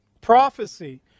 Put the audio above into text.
Prophecy